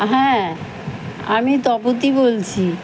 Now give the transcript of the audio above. হ্যাঁ আমি তপতি বলছি